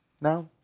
now